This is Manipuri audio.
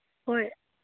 ꯍꯣꯏ